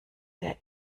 der